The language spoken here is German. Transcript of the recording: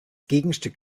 gegenstück